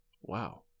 wow